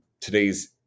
today's